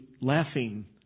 laughing